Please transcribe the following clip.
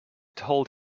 told